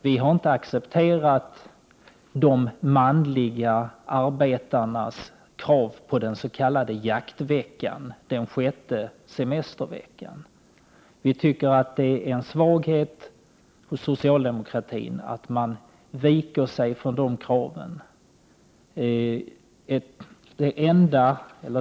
Vi har inte accepterat de manliga arbetarnas krav på den s.k. jaktveckan, den sjätte semesterveckan. Vi tycker att det är en svaghet hos socialdemokratin att man viker sig på den punkten.